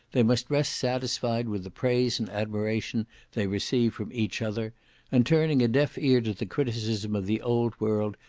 they must rest satisfied with the praise and admiration they receive from each other and turning a deaf ear to the criticism of the old world,